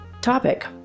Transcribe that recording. topic